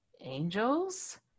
angels